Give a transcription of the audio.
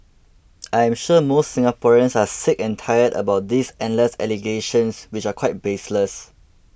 I am sure most Singaporeans are sick and tired about these endless allegations which are quite baseless